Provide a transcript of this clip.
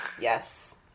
Yes